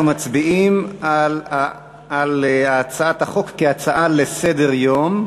אנחנו מצביעים על הצעת החוק כהצעה לסדר-היום.